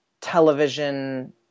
television